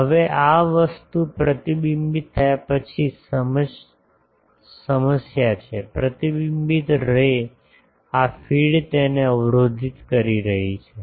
હવે આ વસ્તુ પ્રતિબિંબિત થયા પછી સમસ્યા છે પ્રતિબિંબિત રે આ ફીડ તેને અવરોધિત કરી રહી છે